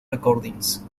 recordings